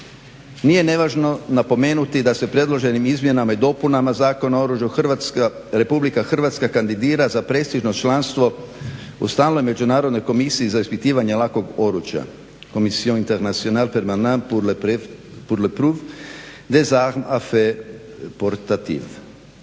Nije nevažno napomenuti da se predloženim izmjenama i dopunama Zakona o oružju Republika Hrvatska kandidira za prestižno članstvo u stalnoj Međunarodnoj komisiji za ispitivanje lakog oružja